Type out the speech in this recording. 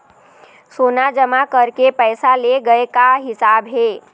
सोना जमा करके पैसा ले गए का हिसाब हे?